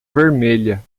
vermelha